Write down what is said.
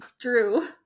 drew